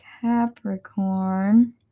Capricorn